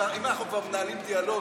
אם אנחנו כבר מנהלים דיאלוג,